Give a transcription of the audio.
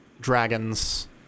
dragons